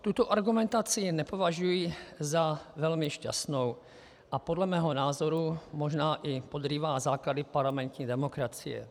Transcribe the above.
Tuto argumentaci nepovažuji za velmi šťastnou, a podle mého názoru možná i podrývá základy parlamentní demokracie.